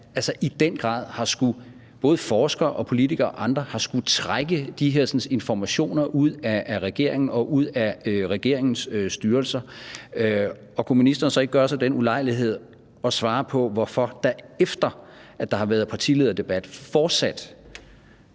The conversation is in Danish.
det være, at både forskere og politikere og andre i den grad har skullet trække de her informationer ud af regeringen og ud af regeringens styrelser? Og kunne ministeren så ikke gøre sig den ulejlighed at svare på, hvorfor der, efter der har været partilederdebat, og